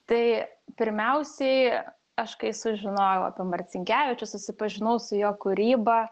tai pirmiausiai aš kai sužinojau apie marcinkevičių susipažinau su jo kūryba